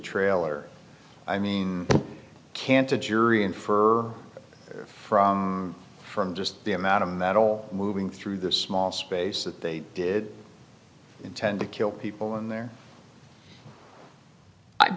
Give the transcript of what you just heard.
trailer i mean can't a jury infer from from just the amount of metal moving through this small space that they did intend to kill people in the